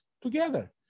together